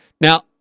Now